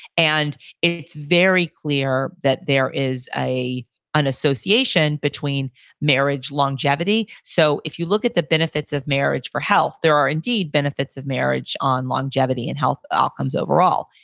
and it's very clear that there is an association between marriage longevity. so if you look at the benefits of marriage for health, there are indeed benefits of marriage on longevity and health outcomes overall.